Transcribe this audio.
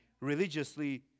religiously